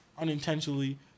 unintentionally